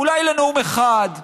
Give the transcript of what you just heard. אולי לנאום אחד,